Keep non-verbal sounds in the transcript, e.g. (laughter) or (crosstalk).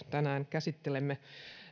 (unintelligible) tänään käsittelemme